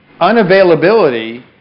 unavailability